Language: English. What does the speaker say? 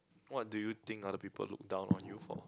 what do you think other people look down on you for